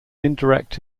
indirect